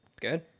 Good